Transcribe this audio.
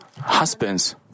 husbands